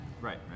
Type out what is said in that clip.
Right